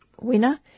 winner